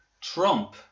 Trump